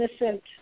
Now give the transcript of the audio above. innocent